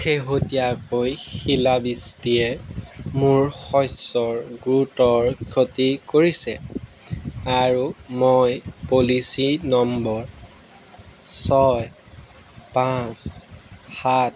শেহতীয়াকৈ শিলাবৃষ্টিয়ে মোৰ শস্যৰ গুৰুতৰ ক্ষতি কৰিছে আৰু মই পলিচি নম্বৰ ছয় পাঁচ সাত